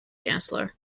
chancellor